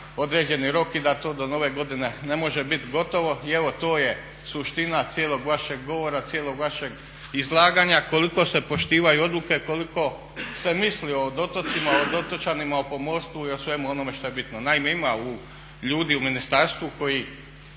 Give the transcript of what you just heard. određeni rok i da to do nove godine ne može biti gotovo. I evo to je suština cijelog vašeg govora, cijelog vašeg izlaganja koliko se poštivaju odluke, koliko se misli o otocima, o otočanima, o pomorstvu i o svemu onome što je bitno. Naime, ima ljudi u ministarstvu koji